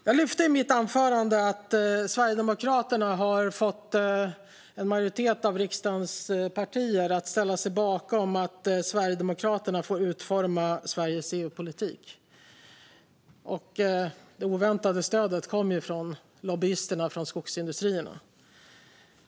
Jag lyfte fram i mitt anförande att Sverigedemokraterna har fått en majoritet av riksdagens partier att ställa sig bakom att Sverigedemokraterna får utforma Sveriges EU-politik. Det oväntade stödet kom från lobbyisterna från skogsindustrierna.